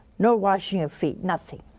no washing of feet, nothing.